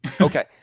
Okay